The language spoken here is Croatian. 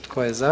Tko je za?